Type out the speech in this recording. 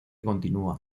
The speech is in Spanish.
continua